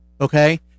Okay